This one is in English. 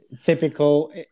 Typical